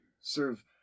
serve